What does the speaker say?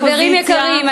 חברים יקרים,